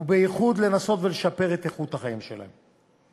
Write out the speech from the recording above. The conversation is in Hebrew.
ובייחוד לנסות ולשפר את איכות החיים שלהם.